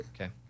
Okay